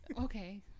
Okay